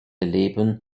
leben